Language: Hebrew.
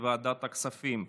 לוועדת הכספים נתקבלה.